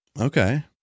Okay